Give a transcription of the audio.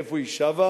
מאיפה היא שבה,